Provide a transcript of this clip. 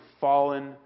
fallen